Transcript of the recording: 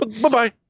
bye-bye